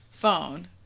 phone